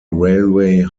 railway